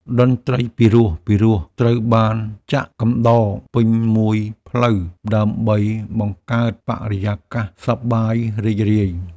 តន្ត្រីពិរោះៗត្រូវបានចាក់កំដរពេញមួយផ្លូវដើម្បីបង្កើតបរិយាកាសសប្បាយរីករាយ។